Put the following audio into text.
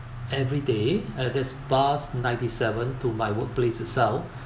every day at this bus ninety seven to my workplace herself